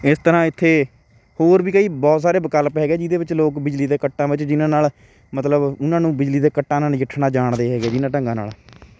ਇਸ ਤਰ੍ਹਾਂ ਇੱਥੇ ਹੋਰ ਵੀ ਕਈ ਬਹੁਤ ਸਾਰੇ ਵਿਕਲਪ ਹੈਗੇ ਜਿਹਦੇ ਵਿੱਚ ਲੋਕ ਬਿਜਲੀ ਦੇ ਕੱਟਾਂ ਵਿੱਚ ਜਿਹਨਾਂ ਨਾਲ ਮਤਲਬ ਉਹਨਾਂ ਨੂੰ ਬਿਜਲੀ ਦੇ ਕੱਟਾਂ ਨਾਲ ਨਜਿੱਠਣਾ ਜਾਣਦੇ ਹੈਗੇ ਜਿਹਨਾਂ ਢੰਗਾਂ ਨਾਲ